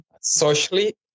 socially